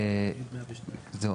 - תימחק; (6)